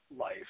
life